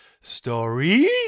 story